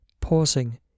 pausing